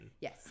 Yes